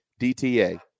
DTA